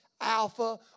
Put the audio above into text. Alpha